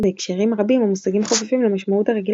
בהקשרים רבים המושגים חופפים למשמעות הרגילה